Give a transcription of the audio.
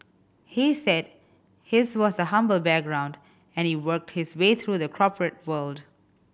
he said his was a humble background and he worked his way through the corporate world